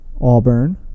Auburn